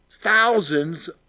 thousands